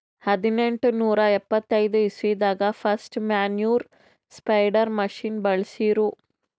ಹದ್ನೆಂಟನೂರಾ ಎಪ್ಪತೈದ್ ಇಸ್ವಿದಾಗ್ ಫಸ್ಟ್ ಮ್ಯಾನ್ಯೂರ್ ಸ್ಪ್ರೆಡರ್ ಮಷಿನ್ ಬಳ್ಸಿರು